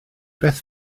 beth